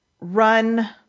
run